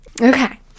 Okay